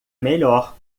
melhor